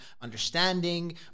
understanding